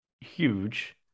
huge